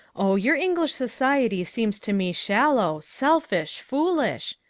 oh, your english society seems to me shallow, selfish, foolish.